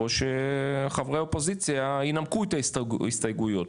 או שחברי האופוזיציה ינמקו את ההסתייגויות.